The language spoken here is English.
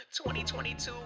2022